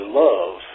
love